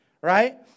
Right